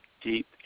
deep